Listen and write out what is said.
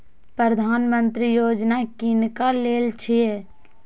प्रधानमंत्री यौजना किनका लेल छिए?